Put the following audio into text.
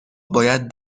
باید